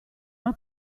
una